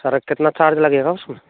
sir अब कितना charge लगेगा उसमें